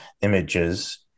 images